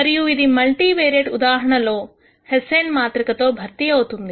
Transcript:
మరియు ఇది multi variate ఉదాహరణలో హెస్సేన్ మాతృక తో భర్తీ అవుతుంది